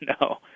No